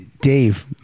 Dave